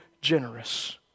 generous